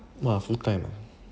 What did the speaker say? !wah! my full time ah